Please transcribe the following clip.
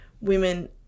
women